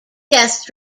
deaths